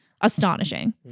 astonishing